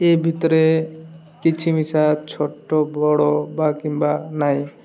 ଏ ଭିତରେ କିଛି ମିଶା ଛୋଟ ବଡ଼ ବା କିମ୍ବା ନାଇଁ